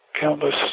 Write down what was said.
countless